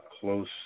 close